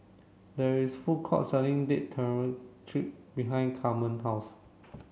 there is food court selling Date Tamarind behind Camren house